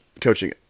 coaching